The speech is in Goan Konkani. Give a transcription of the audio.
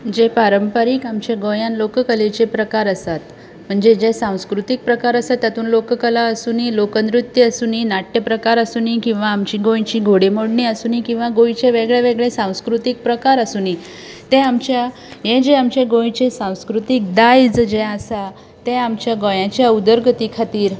जे पारंपारीक आमचे गोंयांत लोक कलेचे प्रकार आसात म्हणजे जे सांस्कृतीक प्रकार आसा तातूंत लोक कला आसुंदी लोक नृत्य आसुंदी नाट्य प्रकार आसुंदी किंवां आमची गोंयची घोडेमोडणी आसुंदी किंवां आमचे गोंयचे वेगळे वेगळे सांस्कृतीक प्रकार आसुंदी ते आमच्या हें जें आमचें गोंयचें सांस्कृतीक दायज जें आसा तें आमच्या गोंयाच्या उदरगती खातीर